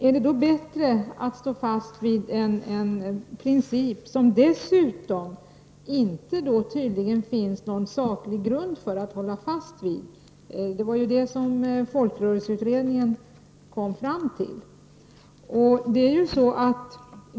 Är det då bättre att stå fast vid en princip som det dessutom tydligen inte finns någon saklig grund för att hålla fast vid? Det var ju det som folkrörelseutredningen kom fram till.